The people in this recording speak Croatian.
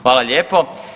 Hvala lijepo.